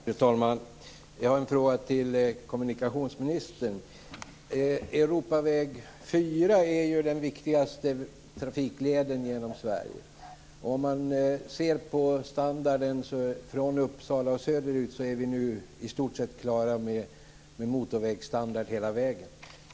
Fru talman! Jag har en fråga till kommunikationsministern. Sverige. Om man ser på standarden från Uppsala och söderut är det i stort sett klart med motorvägsstandard hela vägen.